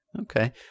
Okay